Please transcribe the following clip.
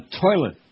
toilet